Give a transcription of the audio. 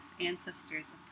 Ancestors